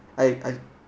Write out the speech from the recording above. I I